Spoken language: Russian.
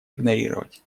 игнорировать